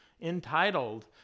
entitled